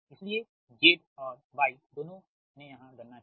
इसलिए Z और Y दोनों ने यहां गणना की